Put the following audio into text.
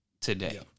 today